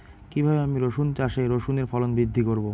কীভাবে আমি রসুন চাষে রসুনের ফলন বৃদ্ধি করব?